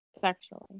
sexually